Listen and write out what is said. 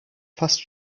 fast